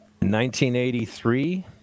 1983